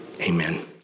Amen